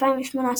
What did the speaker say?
2018